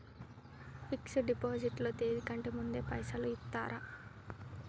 Fix డ్ deposit లో తేది కంటే ముందే పైసలు ఇత్తరా?